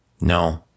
no